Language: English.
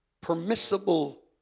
permissible